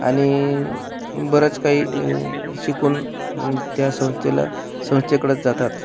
आणि बरंच काही शिकून त्या संस्थेला संस्थेकडेच जातात